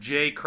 Jay